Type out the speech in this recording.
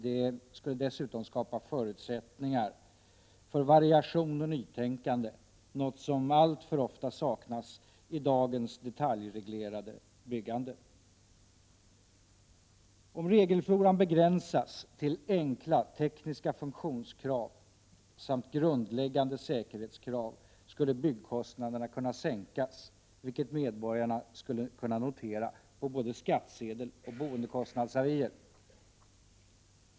Det skulle dessutom skapa förutsättningar för variation och nytänkande — något som alltför ofta saknas i dagens detaljreglerade byggande. Om regelfloran begränsas till enkla tekniska funktionskrav samt grundläggande säkerhetskrav skulle byggkostnaderna kunna sänkas, vilket medborgarna skulle kunna notera på både skattsedel och boendekostnadsavier.